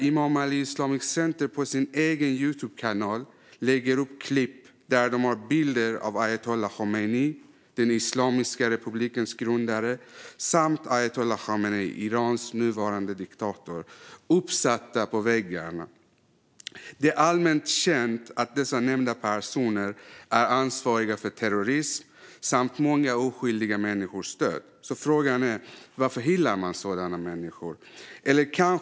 Imam Ali Islamic Center lägger på sin egen Youtubekanal upp klipp där de har bilder av ayatolla Khomeini, Islamiska republikens grundare, och ayatolla Khamenei, Irans nuvarande diktator, uppsatta på väggarna. Det är allmänt känt att dessa nämnda personer är ansvariga för terrorism och många oskyldiga människors död. Frågan är: Varför hyllar de sådana människor?